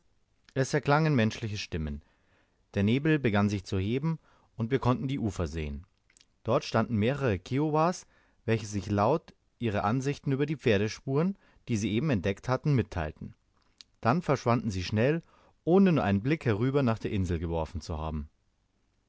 es erklangen menschliche stimmen der nebel begann sich zu heben und wir konnten die ufer sehen dort standen mehrere kiowas welche sich laut ihre ansichten über die pferdespuren die sie eben entdeckt hatten mitteilten dann verschwanden sie schnell ohne nur einen blick herüber nach der insel geworfen zu haben